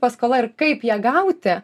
paskola ir kaip ją gauti